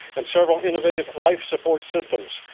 and several innovative life support systems.